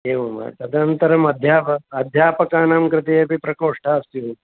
एवं वा तदन्तरम् अध्यापकः अध्यापकानां कृते अपि प्रकोष्ठः अस्ति